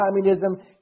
communism